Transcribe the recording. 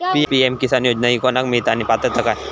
PM किसान योजना ही कोणाक मिळता आणि पात्रता काय?